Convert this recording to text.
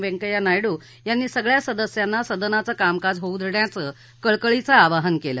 व्यंकय्या नायडू यांनी सगळ्या सदस्यांना सदनाचं कामकाज होऊ देण्याचं कळकळीनं आवाहन केलं